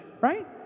right